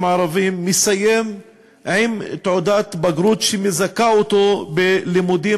ערבים מסיים עם תעודת בגרות שמזכה אותו בלימודים